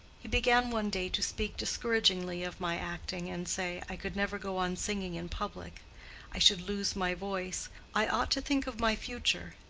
he began one day to speak discouragingly of my acting, and say, i could never go on singing in public i should lose my voice i ought to think of my future,